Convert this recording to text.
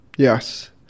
Yes